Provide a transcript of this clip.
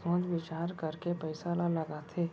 सोच बिचार करके पइसा ल लगाथे